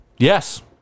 Yes